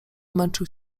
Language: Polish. męczył